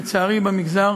לצערי, במגזר